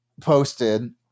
posted